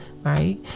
Right